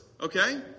okay